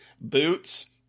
boots